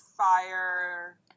fire